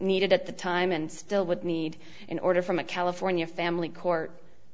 needed at the time and still would need an order from a california family court